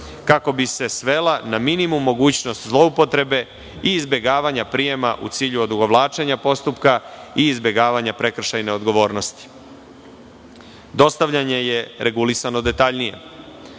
kako bi se svela na minimum mogućnost zloupotrebe i izbegavanja prijema u cilju odugovlačenja postupka i izbegavanja prekršajne odgovornosti. Dostavljanje je regulisano detaljnije.